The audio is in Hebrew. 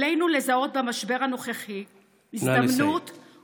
עלינו לזהות במשבר הנוכחי הזדמנות, נא לסיים.